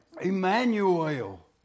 Emmanuel